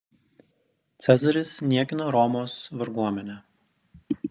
cezaris niekino romos varguomenę